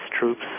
troops